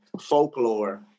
folklore